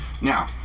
Now